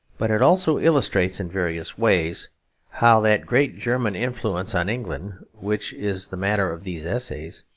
but it also illustrates in various ways how that great german influence on england, which is the matter of these essays,